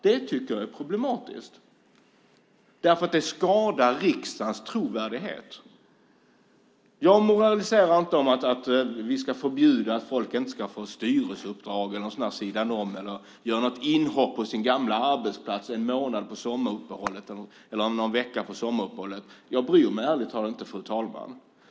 Jag tycker att det är problematiskt, därför att det skadar riksdagens trovärdighet. Jag moraliserar inte om att vi ska förbjuda folk att ha styrelseuppdrag, göra någonting vid sidan om eller göra ett inhopp på sin gamla arbetsplats en månad eller en vecka under sommaruppehållet - jag bryr mig ärligt talat inte, fru talman.